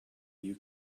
you